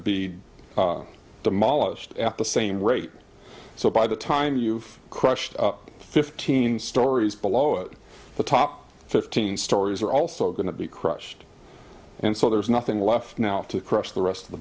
be demolished at the same rate so by the time you've crushed up fifteen stories below the top fifteen stories are also going to be crushed and so there's nothing left now to crush the rest of the